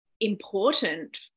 important